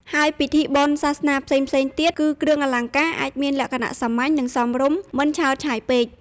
ហើយពិធីបុណ្យសាសនាផ្សេងៗទៀត គ្រឿងអលង្ការអាចមានលក្ខណៈសាមញ្ញ និង សមរម្យ មិនឆើតឆាយពេក។